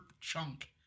chunk